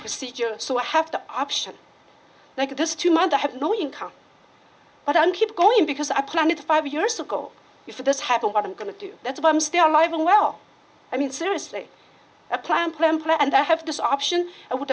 procedure so i have to option like this two month i have no income but i'm keep going because i planned it five years ago you for this have a lot i'm going to do that's why i'm still alive and well i mean seriously a plan plan plan and i have this option and would